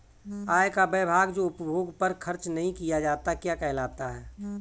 आय का वह भाग जो उपभोग पर खर्च नही किया जाता क्या कहलाता है?